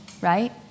Right